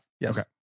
Yes